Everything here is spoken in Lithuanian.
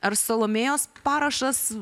ar salomėjos parašas